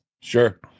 Sure